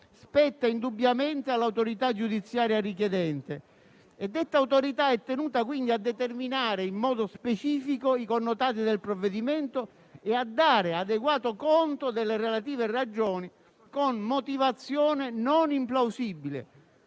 spetta indubbiamente all'autorità giudiziaria richiedente e detta autorità è tenuta, quindi, a determinare in modo specifico i connotati del provvedimento e a dare adeguato conto delle relative ragioni con motivazione non implausibile,